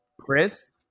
Chris